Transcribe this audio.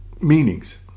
meanings